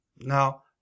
Now